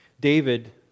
David